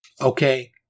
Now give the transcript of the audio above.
Okay